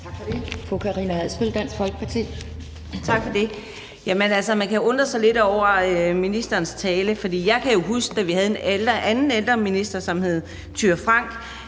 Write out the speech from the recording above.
Tak for det.